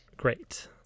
Great